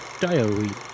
diary